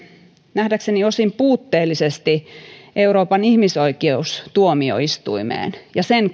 nähdäkseni osin puutteellisesti euroopan ihmisoikeustuomioistuimeen ja sen